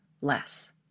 less